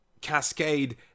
cascade